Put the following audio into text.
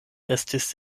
estis